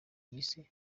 yise